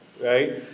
right